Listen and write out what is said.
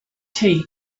tea